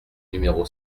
numéro